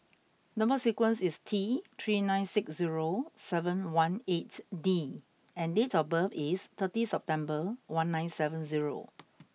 number sequence is T three nine six zero seven one eight D and date of birth is thirty September one nine seven zero